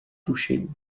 tušení